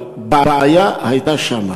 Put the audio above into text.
אבל בעיה הייתה שם.